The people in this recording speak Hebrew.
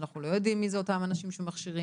שאנחנו לא יודעים מי זה אותם אנשים שמכשירים,